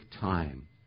time